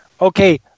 Okay